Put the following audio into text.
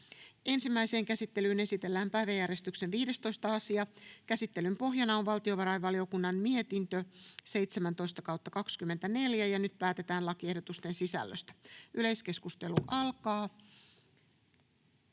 Ensimmäiseen käsittelyyn esitellään päiväjärjestyksen 14. asia. Käsittelyn pohjana on talousvaliokunnan mietintö TaVM 17/2024 vp. Nyt päätetään lakiehdotuksen sisällöstä. — Yleiskeskustelu alkaa.